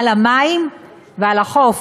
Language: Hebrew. על המים ועל החוף,